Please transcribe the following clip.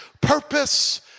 purpose